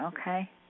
okay